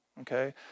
Okay